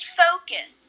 focus